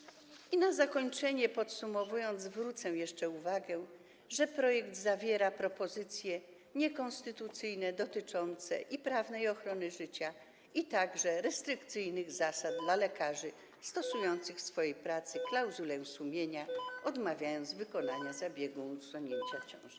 Na zakończenie, podsumowując, zwrócę jeszcze uwagę, że projekt zawiera propozycje niekonstytucyjne dotyczące prawnej ochrony życia, a także restrykcyjnych zasad dla lekarzy stosujących w swojej pracy klauzulę sumienia, odmawiających wykonania zabiegu usunięcia ciąży.